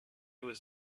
was